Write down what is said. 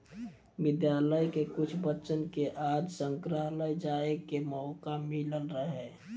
विद्यालय के कुछ बच्चन के आज संग्रहालय जाए के मोका मिलल रहे